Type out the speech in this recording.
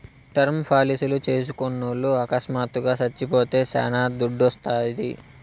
term పాలసీలు చేస్కున్నోల్లు అకస్మాత్తుగా సచ్చిపోతే శానా దుడ్డోస్తాది